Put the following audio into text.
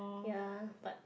ya but